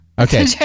okay